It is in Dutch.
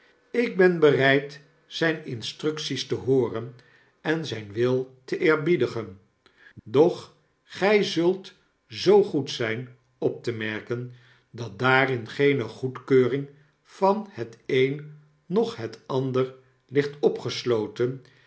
ik ben bereid zyn instructies te hooren en zyn wil te eerbiedigen doch gij zult zoo goed zyn op te merken dat daarin geene goedkeuring van het een noch van het ander ligt opgesloten